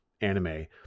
anime